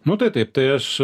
nu tai taip tai aš